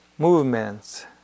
movements